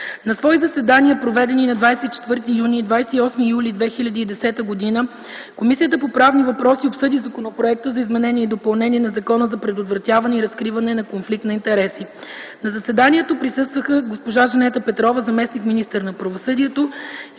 На свои заседания, проведени на 24 юни и 28 юли 2010 г., Комисията по правни въпроси обсъди Законопроекта за изменение и допълнение на Закона за предотвратяване и разкриване на конфликт на интереси. На заседанията присъстваха госпожа Жанета Петрова – заместник-министър на правосъдието,